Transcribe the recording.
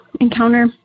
encounter